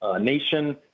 nation